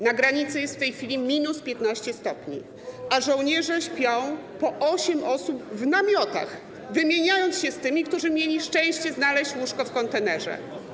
Na granicy jest w tej chwili minus 15 stopni, a żołnierze śpią po osiem osób w namiotach, wymieniając się z tymi, którzy mieli szczęście znaleźć łóżko w kontenerze.